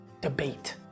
debate